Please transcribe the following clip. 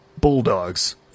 Bulldogs